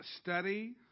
study